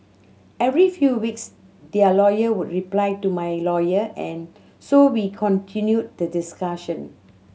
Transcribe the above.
every few weeks their lawyer would reply to my lawyer and so we continued the discussion